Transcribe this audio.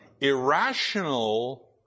irrational